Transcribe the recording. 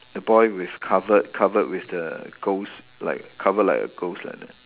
the boy with covered covered with the ghost like cover like a ghost like that